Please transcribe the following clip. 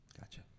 Gotcha